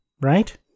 Right